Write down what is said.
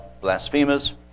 blasphemers